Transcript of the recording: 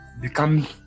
become